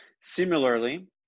Similarly